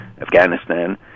Afghanistan